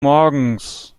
morgens